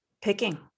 picking